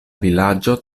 vilaĝo